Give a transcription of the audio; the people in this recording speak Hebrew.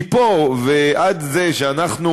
מפה ועד זה שאנחנו